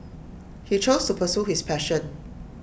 he chose to pursue his passion